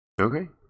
Okay